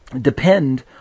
depend